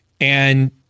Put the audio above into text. And-